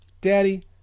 daddy